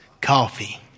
coffee